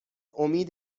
امید